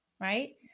right